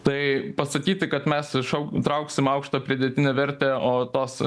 tai pasakyti kad mes šauk trauksim aukštą pridėtinę vertę o tos